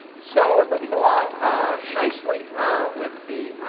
so we're moving along nicely with the